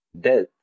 death